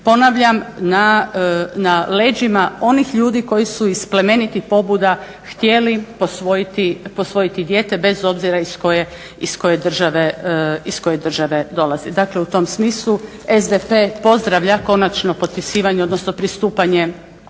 Ponavljam, na leđima onih ljudi koji su iz plemenitih pobuda htjeli posvojiti dijete bez obzira iz koje države dolazi. Dakle, u tom smislu SDP pozdravlja konačno potpisivanje, odnosno pristupanje